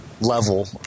level